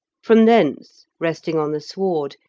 from thence, resting on the sward,